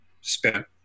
spent